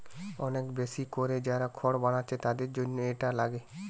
অনেক বেশি কোরে যারা খড় বানাচ্ছে তাদের জন্যে এটা লাগে